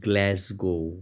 glasgow